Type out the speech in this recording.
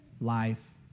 life